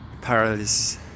paralysis